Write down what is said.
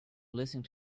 listening